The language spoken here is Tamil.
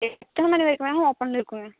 எத்தனை மணி வரைக்கும் வேணாலும் ஓப்பனில் இருக்குங்க